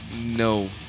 No